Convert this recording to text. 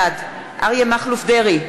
בעד אריה מכלוף דרעי,